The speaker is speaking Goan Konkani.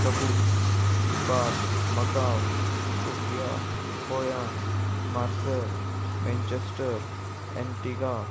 कबूल Bath Macau Sofia Hoi An Marseille Manchester Antigua